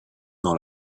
dans